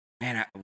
man